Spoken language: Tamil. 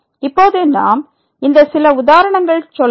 இப்போது நாம் இந்த சில உதாரணங்கள் செல்ல வேண்டும்